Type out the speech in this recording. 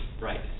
right